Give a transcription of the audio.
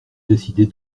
décider